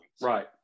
right